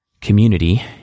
community